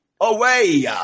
away